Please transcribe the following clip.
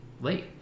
late